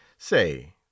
Say